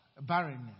barrenness